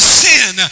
sin